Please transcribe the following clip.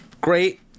great